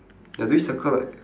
ya do we circle like